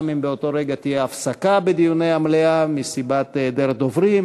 גם אם באותו הרגע תהיה הפסקה בדיוני המליאה מסיבה של היעדר דוברים,